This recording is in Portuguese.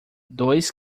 dois